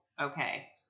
okay